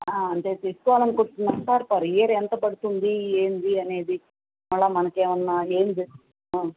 అంటే తీసుకోవాలి అనుకుంటున్నాను సార్ పర్ ఇయర్ ఎంత పడుతుంది ఏమిటి అనేది మళ్ళీ మనకు ఏమైనా